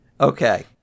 Okay